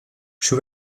she